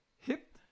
hit